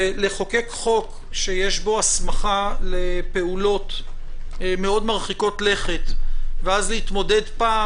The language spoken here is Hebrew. לחוקק חוק שיש בו הסמכה לפעולות מאוד מרחיקות לכת ואז להתמודד פעם